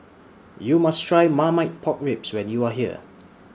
YOU must Try Marmite Pork Ribs when YOU Are here